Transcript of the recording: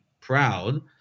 proud